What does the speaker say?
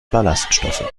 ballaststoffe